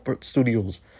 studios